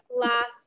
last